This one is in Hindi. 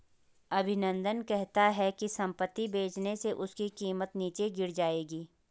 अभिनंदन कहता है कि संपत्ति बेचने से उसकी कीमत नीचे गिर जाएगी